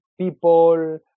people